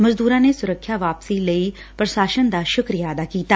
ਮਜ਼ਦੂਰਾ ਨੇ ਸੁਰੱਖਿਅਤ ਵਾਪਸੀ ਲਈ ਪ੍ਰਸਾਸਨ ਦਾ ਸੁੱਕਰੀਆ ਅਦਾ ਕੀਤਾ